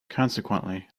consequently